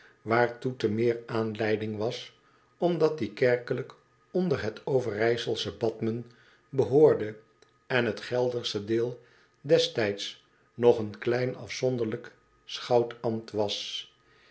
waartoe te meer aanleiding was omdat die kerkelijk onder het overijselsche b a t h m e n behoorde en het geldersche deel destijds nog een klein afzonderlijk schoutambt was